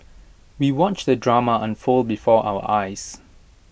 we watched the drama unfold before our eyes